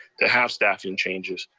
to have staffing changes,